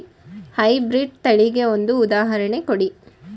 High breed ತಳಿಗೆ ಒಂದು ಉದಾಹರಣೆ ಕೊಡಿ?